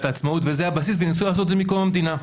העצמאות וזה הבסיס וניסו לעשות את זה מקום המדינה,